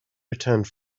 returned